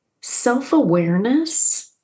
self-awareness